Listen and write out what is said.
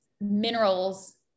minerals